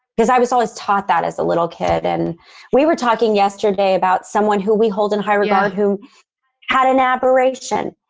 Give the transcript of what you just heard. because i was always taught that as a little kid and we were talking yesterday about someone who we hold in high regard who had an aberration.